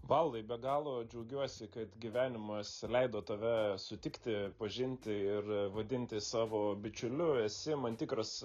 valdai be galo džiaugiuosi kad gyvenimas leido tave sutikti pažinti ir vadinti savo bičiuliu esi man tikras